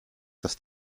das